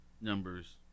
numbers